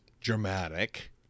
dramatic